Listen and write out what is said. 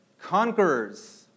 conquerors